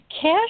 cash